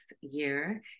year